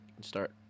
start